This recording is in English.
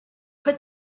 put